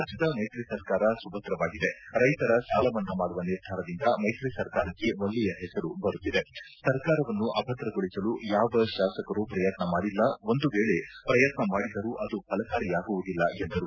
ರಾಜ್ದದ ಮೈತ್ರಿ ಸರ್ಕಾರ ಸುಭದ್ರವಾಗಿದೆ ರೈತರ ಸಾಲ ಮನ್ನಾ ಮಾಡುವ ನಿರ್ಧಾರದಿಂದ ಮೈತ್ರಿಸರ್ಕಾರಕ್ಕೆ ಒಳ್ಳೆಯ ಪೆಸರು ಬರುತ್ತಿದೆ ಸರ್ಕಾರವನ್ನು ಅಭದ್ರಗೊಳಿಸಲು ಯಾವ ಶಾಸಕರೂ ಪ್ರಯತ್ನ ಮಾಡಿಲ್ಲ ಒಂದು ವೇಳೆ ಪ್ರಯತ್ನ ಮಾಡಿದರೂ ಅದು ಫಲಕಾರಿಯಾಗುವುದಿಲ್ಲ ಎಂದರು